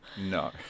No